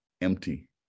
Empty